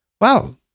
Wow